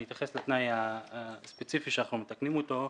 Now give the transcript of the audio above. אני אתייחס לתנאי הספציפי שאנחנו מתקנים אותו,